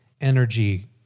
energy